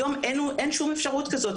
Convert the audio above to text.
היום אין שום אפשרות כזאת,